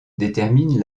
détermine